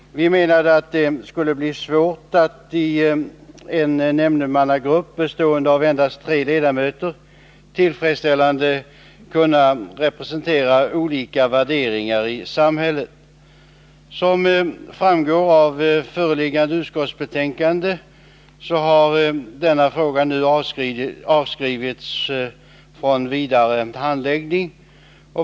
Vi menade att det kunde bli svårt att i en nämndemannagrupp bestående av endast tre ledamöter tillfredsställande representera olika värderingar i samhället. Som framgår av förevarande utskottsbetänkande har denna fråga nu avskrivits från vidare handläggning.